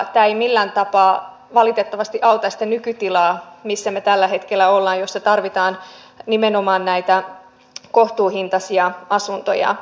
tämä ei millään tapaa valitettavasti auta sitä nykytilaa missä me tällä hetkellä olemme ja missä tarvitaan nimenomaan näitä kohtuuhintaisia asuntoja